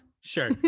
Sure